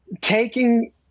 taking